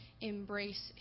embrace